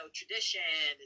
tradition